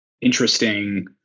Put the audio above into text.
interesting